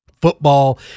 football